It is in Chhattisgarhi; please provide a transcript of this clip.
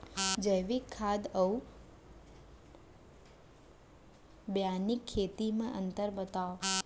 जैविक खेती अऊ बैग्यानिक खेती म अंतर बतावा?